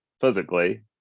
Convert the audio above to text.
physically